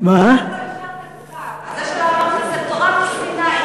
על זה שלא אמרת זה תורה מסיני,